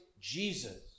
Jesus